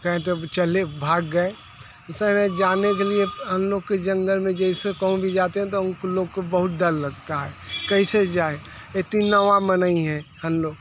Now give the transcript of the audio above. कहें तो चले भाग गए इसलिए जाने के लिए हम लोग के जंगल में जैसे कहूँ भी जाते हैं त उक लोग को बहुत डर लगता है कैसे जाएं ये तीन नौंवा में नहीं हैं हम लोग